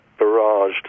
barraged